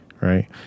right